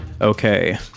Okay